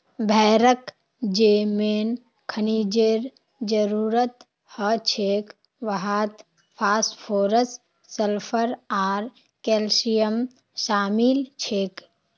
भेड़क जे मेन खनिजेर जरूरत हछेक वहात फास्फोरस सल्फर आर कैल्शियम शामिल छेक